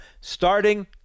starting